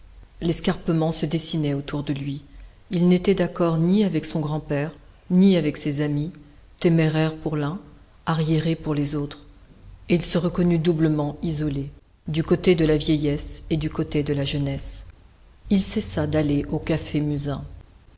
l'escarpement se dessinait autour de lui il n'était d'accord ni avec son grand-père ni avec ses amis téméraire pour l'un arriéré pour les autres et il se reconnut doublement isolé du côté de la vieillesse et du côté de la jeunesse il cessa d'aller au café musain